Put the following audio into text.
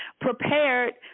prepared